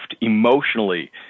emotionally